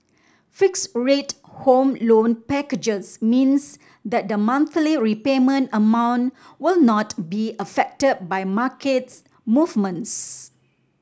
fixed rate Home Loan packages means that the monthly repayment amount will not be affected by market movements